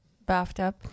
bathtub